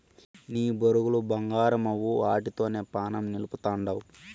నీ బొరుగులు బంగారమవ్వు, ఆటితోనే పానం నిలపతండావ్